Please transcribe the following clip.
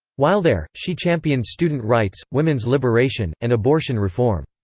while there, she championed student rights, women's liberation, and abortion reform.